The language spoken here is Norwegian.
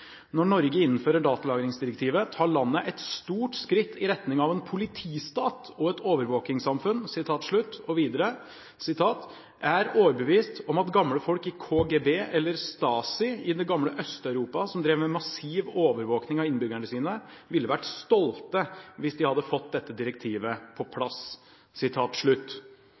et overvåkningssamfunn.» Og videre: «Jeg er overbevist om at gamle folk i KGB, eller Stasi, eller hva det heter, i det gamle Øst-Europa, som drev med massiv overvåkning av innbyggerne sine, ville vært stolte hvis de hadde fått dette direktivet på plass.»